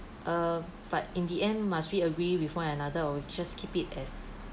err but in the end must we agree with one another or just keep it as